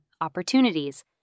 opportunities